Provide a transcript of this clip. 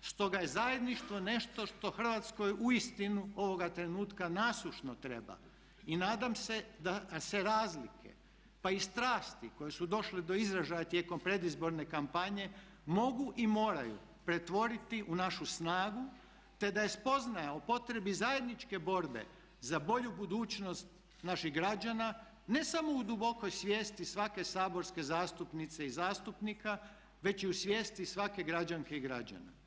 stoga je zajedništvo nešto što Hrvatskoj uistinu ovoga trenutka nasušno treba i nadam se da se razlike, pa i strasti koje su došle do izražaja tijekom predizborne kampanje mogu i moraju pretvoriti u našu snagu, te da je spoznaja o potrebi zajedničke borbe za bolju budućnost naših građana ne samo u dubokoj svijesti svake saborske zastupnice i zastupnika već i u svijesti svake građanke i građana.